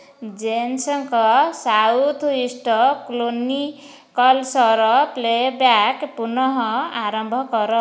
ଜେନ୍ସଙ୍କ southeast କ୍ରୋନିକଲ୍ସର playback ପୁନଃ ଆରମ୍ଭ କର